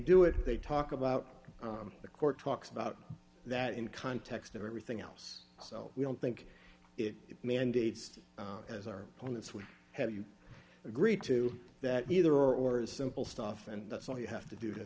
do it they talk about the court talks about that in context of everything else so we don't think it mandates as our opponents would have you agree to that either or a simple stuff and that's all you have to do to